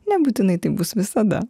nebūtinai tai bus visada